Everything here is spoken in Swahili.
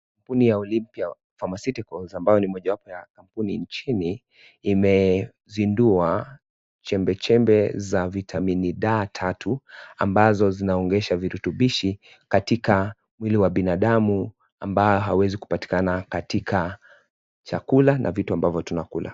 Kampuni ya Olimpia Pharmaceuticals ambayo ni mojawapo ya kampuni nchini imezindua chembe chembe za vitamini daa tatu ambazo zinaongeza virutubishi katika mwili wa binadamu ambayo haiwezi kupatikana katika chakula na vitu ambavyo tunakula.